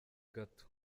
gato